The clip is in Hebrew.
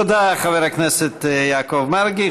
תודה, חבר הכנסת יעקב מרגי.